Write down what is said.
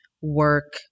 work